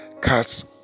cuts